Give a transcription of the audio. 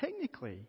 technically